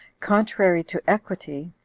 contrary to equity,